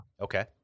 Okay